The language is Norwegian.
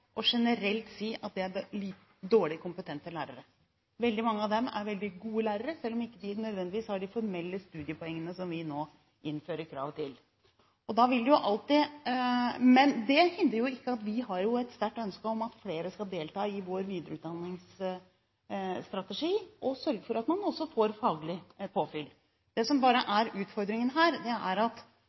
generelt å si at det er dårlig kompetente lærere. Veldig mange av disse er gode lærere, selv om de ikke nødvendigvis har de formelle studiepoengene som vi nå innfører krav om. Men det hindrer jo ikke at vi har et sterkt ønske om at flere skal delta i vår videreutdanningsstrategi og sørge for at man også får faglig påfyll. Det som er utfordringen her, er at vi må lage et system for krav til formell kompetanse som det er mulig å gjennomføre. At